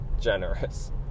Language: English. Generous